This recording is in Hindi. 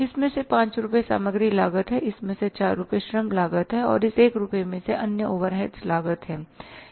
इसमें से 5 रुपये सामग्री लागत है इस में से 4 रुपये श्रम लागत है और इस 1 रुपये में से अन्य ओवरहेड लागत है ना